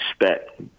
respect